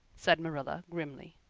said marilla grimly.